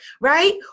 right